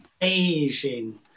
amazing